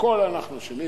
הכול אנחנו אשמים.